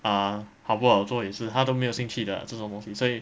ah 好不好做也是他都没有兴趣的这种东西所以